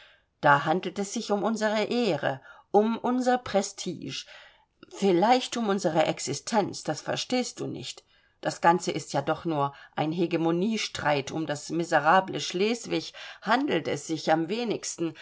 da handelt es sich um unsere ehre um unser prestige vielleicht um unsere existenz das verstehst du nicht das ganze ist ja doch nur ein hegemoniestreit um das miserable schleswig handelt es sich am wenigsten